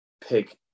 pick